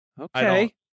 Okay